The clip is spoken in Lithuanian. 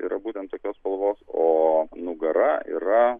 yra būtent tokios spalvos o nugara yra